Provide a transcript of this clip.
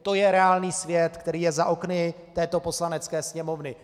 To je reálný svět, který je za okny této Poslanecké sněmovny.